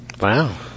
wow